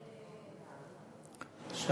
אדוני היושב-ראש.